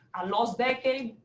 a lost decade?